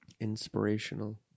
Inspirational